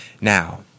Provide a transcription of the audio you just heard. now